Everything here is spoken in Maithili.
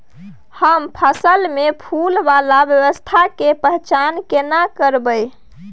हम फसल में फुल वाला अवस्था के पहचान केना करबै?